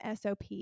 SOP